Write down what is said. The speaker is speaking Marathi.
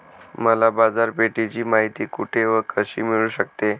मला बाजारपेठेची माहिती कुठे व कशी मिळू शकते?